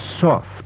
soft